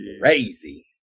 Crazy